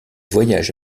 voyage